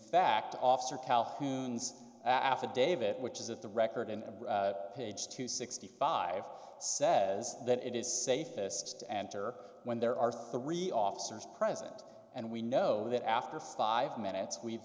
fact officer calhoun's affidavit which is at the record in page two sixty five says that it is safest answer when there are three officers present and we know that after five minutes we